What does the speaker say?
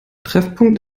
treffpunkt